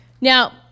Now